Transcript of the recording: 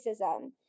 racism